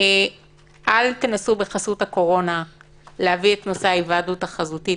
אל תנסו בחסות הקורונה להביא את נושא ההיוועדות החזותית.